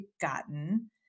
gotten